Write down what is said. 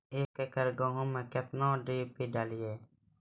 एक एकरऽ गेहूँ मैं कितना डी.ए.पी डालो?